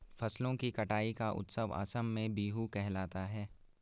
फसलों की कटाई का उत्सव असम में बीहू कहलाता है